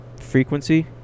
frequency